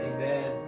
Amen